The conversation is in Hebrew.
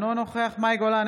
אינו נוכח מאי גולן,